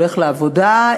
הולך לעבודה,